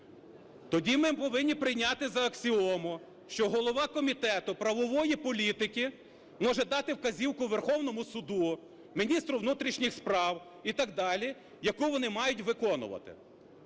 Тоді ми повинні прийняти за аксіому, що голова Комітету правової політики може дати вказівку Верховному Суду, міністру внутрішніх справ і так далі, яку вони мають виконувати;